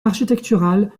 architectural